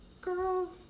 girl